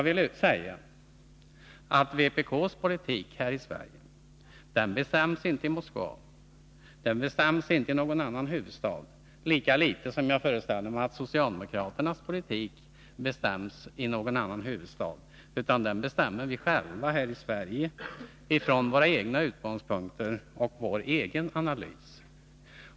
Vpk:s politik här i Sverige bestäms inte i Moskva eller någon annan huvudstad, lika litet som, föreställer jag mig, socialdemokraternas politik bestäms i någon annan huvudstad. Vår politik utformar vi själva här i Sverige, från våra egna utgångspunkter och grundad på vår egen analys.